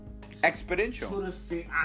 Exponential